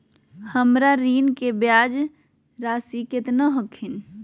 हमर ऋण के ब्याज रासी केतना हखिन?